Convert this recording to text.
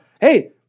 Hey